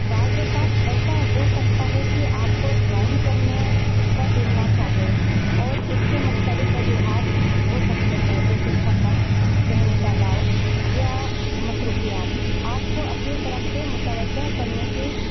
بعض اوقات ایسا ہو سکتا ہے کہ آپ کو ڈرائنگ کرنے کا دل نہ چاہے اور اس کے مختلف وجوہات ہو سکتے ہیں جیسے تھکن ذہنی دباؤ یا مصروفیات آپ کو اپنی طرف سے متوجہ کرنے کی